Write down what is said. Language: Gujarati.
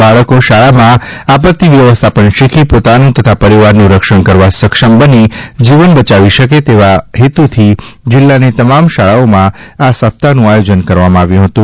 બાળકો શાળામાં આપત્તિ વ્યવસ્થાપન શીખી પોતાનુ તથા પરિવારનુ રક્ષણ કરવા સક્ષમ બની જીવન બયાવી શકે તેવા ઉમદા હેતુથી િલ્લાની તમામ શાળાઓમાં આ સપ્તાહનુ આયો ન કરવામાં આવ્યું હતું